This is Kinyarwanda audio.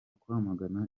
kwamagana